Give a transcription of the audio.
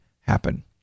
happen